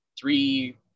three